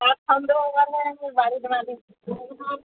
চোর সন্দেহ মানে যে বাড়ি ভাড়াতে ছিলাম